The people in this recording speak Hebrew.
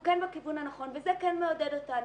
כן בכיוון הנכון וזה כן מעודד אותנו.